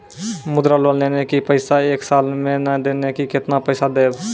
मुद्रा लोन लेने छी पैसा एक साल से ने देने छी केतना पैसा देब?